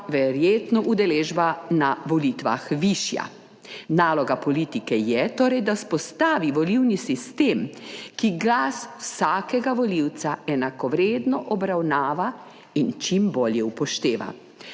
verjetno udeležba na volitvah višja. Naloga politike je torej, da vzpostavi volilni sistem, ki glas vsakega volivca enakovredno obravnava in čim bolje upošteva.